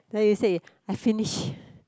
then you say I finish